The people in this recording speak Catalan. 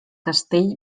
castell